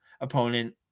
opponent